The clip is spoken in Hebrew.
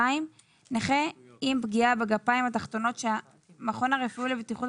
נכה עם פגיעה בגפיים התחתונות שהמכון הרפואי לבטיחות